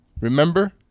Remember